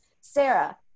Sarah